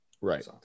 Right